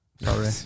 Sorry